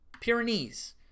Pyrenees